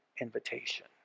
invitation